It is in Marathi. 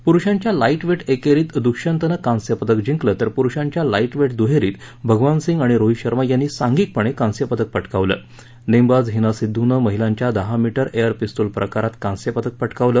पुरुषांच्या लाईटवेट एकेरीत दुष्यंतनं कांस्यपदक जिंकलं तर पुरुषांच्या लाईटवेट दुहेरीत भगवान सिंग आणि रोहित शर्मा यांनी सांधिकपणे कांस्यपदक पटकावलं नेमबाज हिना सिद्धूनं महिलांच्या दहा मीटर एअर पिस्तुल प्रकारात कांस्य पदक पटकावलं